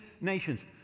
nations